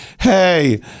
Hey